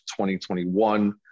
2021